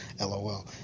lol